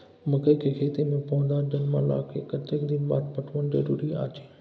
मकई के खेती मे पौधा जनमला के कतेक दिन बाद पटवन जरूरी अछि?